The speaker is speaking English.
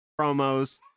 promos